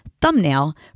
thumbnail